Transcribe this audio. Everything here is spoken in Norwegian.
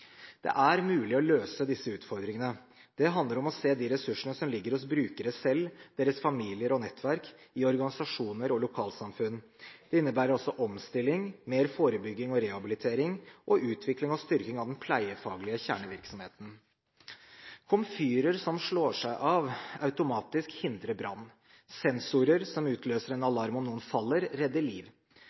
Det er mulig å løse disse utfordringene. Det handler om å se de ressursene som ligger hos brukerne selv, deres familier og nettverk, i organisasjoner og lokalsamfunn. Det innebærer også omstilling, mer forebygging og rehabilitering i tillegg til utvikling og styrking av den pleiefaglige kjernevirksomheten. Komfyrer som slår seg av automatisk, hindrer brann. Sensorer som utløser en alarm om noen faller, redder liv.